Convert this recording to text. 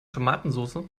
tomatensoße